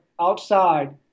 Outside